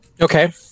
okay